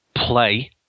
play